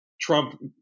Trump